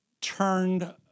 turned